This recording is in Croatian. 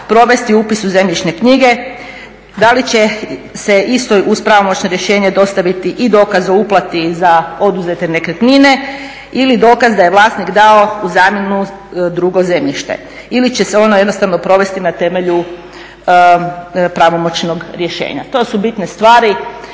provesti upis u zemljišne knjige. Da li će se istoj uz pravomoćno rješenje dostaviti i dokaz o uplati za oduzete nekretnine ili dokaz da je vlasnik dao u zamjenu drugo zemljište ili će se ono jednostavno provesti na temelju pravomoćnog rješenja. To su bitne stvari